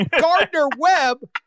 Gardner-Webb